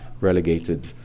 relegated